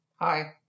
Hi